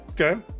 Okay